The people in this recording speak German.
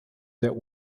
der